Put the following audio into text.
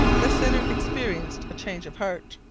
the sinner experienced a change of heart.